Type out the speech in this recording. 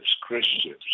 Christians